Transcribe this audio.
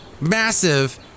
Massive